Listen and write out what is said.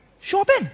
Shopping